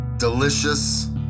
Delicious